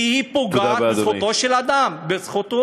כי היא פוגעת בזכותו,